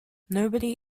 nobody